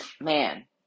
man